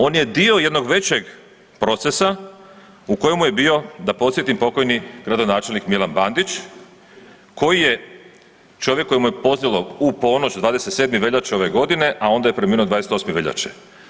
On je dio jednog većeg procesa u kojemu je bio da podsjetim pokojni gradonačelnik Milan Bandić, koji je čovjek kojem je pozlilo u ponoć 27. veljače ove godine, a onda je preminuo 28. veljače.